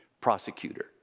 prosecutor